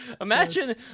imagine